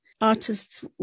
artists